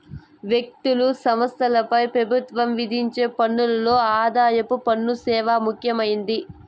వ్యక్తులు, సంస్థలపై పెబుత్వం విధించే పన్నుల్లో ఆదాయపు పన్ను సేనా ముఖ్యమైంది